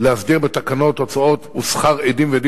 להסדיר בתקנות הוצאות ושכר עדים ועדים